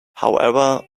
however